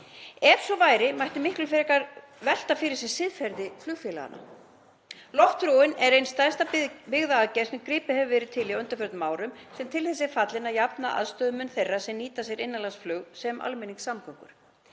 Ef svo væri mætti miklu frekar velta fyrir sér siðferði flugfélaganna. Loftbrúin er ein stærsta byggðaaðgerð sem gripið hefur verið til á undanförnum árum sem til þess er fallin að jafna aðstöðumun þeirra sem nýta sér innanlandsflug sem almenningssamgöngur.